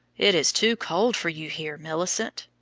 it is too cold for you here, millicent,